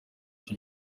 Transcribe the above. icyo